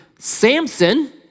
Samson